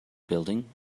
building